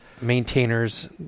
maintainers